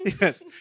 yes